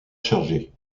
chargées